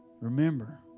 Remember